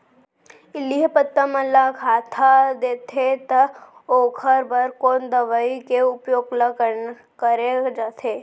इल्ली ह पत्ता मन ला खाता देथे त ओखर बर कोन दवई के उपयोग ल करे जाथे?